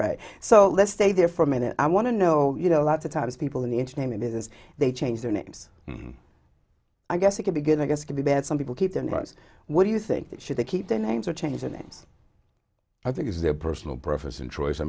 right so let's stay there for a minute i want to know you know a lot of times people in the entertainment business they change their names i guess it could be good i guess could be bad some people keep their nice what do you think that should they keep their names or change their names i think is their personal preference and choice i